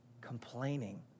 complaining